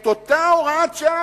את אותה הוראת שעה,